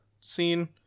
scene